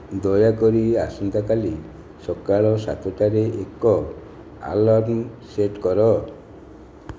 ଦୟାକରି ଆସନ୍ତାକାଲି ସକାଳ ସାତଟାରେ ଏକ ଆଲାର୍ମ ସେଟ୍ କର